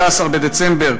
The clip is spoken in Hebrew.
4 בדצמבר,